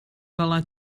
ngolau